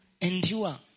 endure